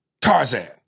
Tarzan